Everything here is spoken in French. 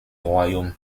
royaume